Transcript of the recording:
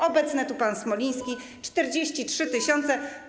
Obecny tu pan Smoliński - 43 tys. zł.